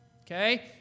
Okay